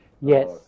Yes